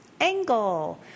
Angle